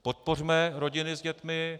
Podpořme rodiny s dětmi.